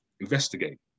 investigate